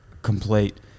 Complete